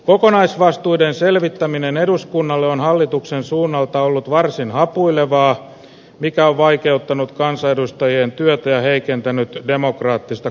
kokonaisvastuiden selvittäminen eduskunnalle on hallituksen suunnalta ollut varsin hapuilevaa mikä on vaikeuttanut kansanedustajien työtä heikentänyt demokraattista